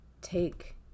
take